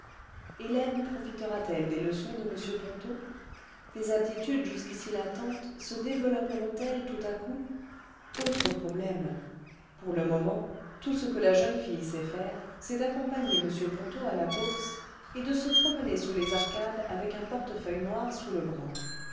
hélène profitera t elle des leçons de m ponto des aptitudes jusqu'ici latentes se développeront elles tout à coup antre problème pour la bourse des dames le vingtième siècle le moment tout ce que la jeune fille sait faire c'est d'accompagner m ponto à la bourse et de se promener sous les arcades avec un portefeuille noir sous le bras